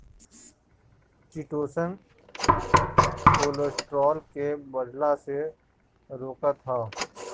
chitosan cholesterol के बढ़ला से रोकत हअ